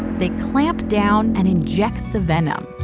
they clamp down and inject the venom.